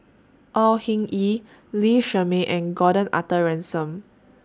Au Hing Yee Lee Shermay and Gordon Arthur Ransome